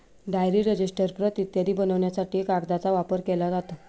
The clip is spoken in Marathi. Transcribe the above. डायरी, रजिस्टर, प्रत इत्यादी बनवण्यासाठी कागदाचा वापर केला जातो